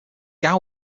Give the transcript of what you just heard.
guo